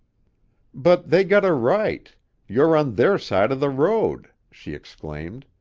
but they got a right you're on their side of the road, she exclaimed.